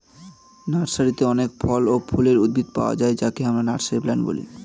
নার্সারিতে অনেক ফল ও ফুলের উদ্ভিদ পাওয়া যায় যাকে আমরা নার্সারি প্লান্ট বলি